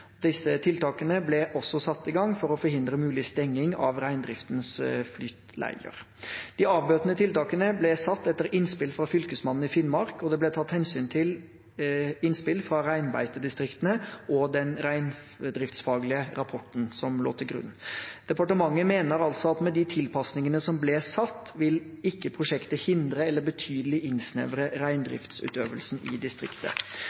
Disse tiltakene ble også satt i gang for å forhindre mulig stenging av reindriftens flyttleier. De avbøtende tiltakene ble satt etter innspill fra Fylkesmannen i Finnmark, og det ble tatt hensyn til innspill fra reinbeitedistriktene og den reindriftsfaglige rapporten som lå til grunn. Departementet mener altså at med de tilpasninger som ble satt, vil ikke prosjektet hindre eller betydelig innsnevre reindriftsutøvelsen i distriktet.